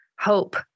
hope